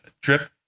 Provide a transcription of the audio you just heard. trip